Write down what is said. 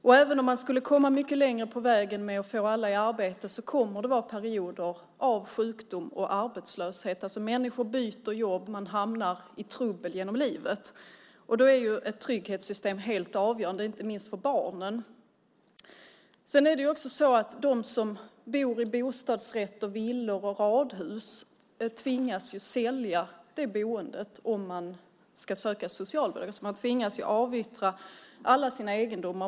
Och även om man skulle komma mycket längre på vägen med att få alla i arbete kommer det att vara perioder av sjukdom och arbetslöshet. Människor byter jobb. Man hamnar i trubbel genom livet. Då är ett trygghetssystem helt avgörande, inte minst för barnen. Sedan är det också så att de som bor i bostadsrätter, villor och radhus tvingas sälja det boendet om de ska söka socialbidrag. Man tvingas avyttra alla sina egendomar.